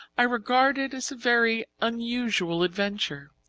i regard it as a very unusual adventure.